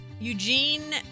eugene